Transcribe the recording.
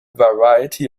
variety